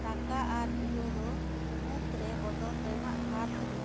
ᱴᱟᱠᱟ ᱟᱨ ᱤᱭᱳᱨᱳ ᱢᱩᱫᱽᱨᱮ ᱵᱚᱫᱚᱞ ᱨᱮᱱᱟᱜ ᱦᱟᱨ ᱛᱤᱱᱟᱹᱜ